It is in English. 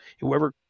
Whoever